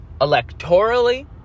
electorally